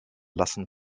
lassen